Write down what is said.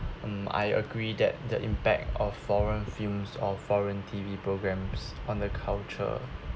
mm I agree that the impact of foreign films or foreign T_V programs on the culture